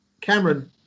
Cameron